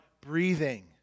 breathing